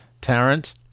Tarrant